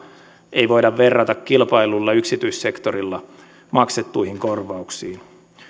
ei voida verrata kilpaillulla yksityissektorilla maksettuihin korvauksiin